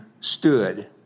stood